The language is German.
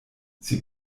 sie